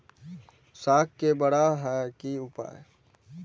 साग के बड़ा है के उपाय?